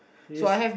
yes